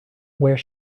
where